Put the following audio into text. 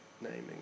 naming